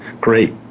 Great